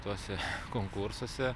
tuose konkursuose